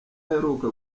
aheruka